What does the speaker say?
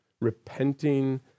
repenting